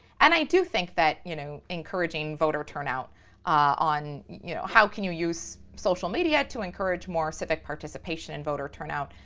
and i do think that you know encouraging voter turnout on, you know, how can you use social media to encourage more civic participation and voter turnout,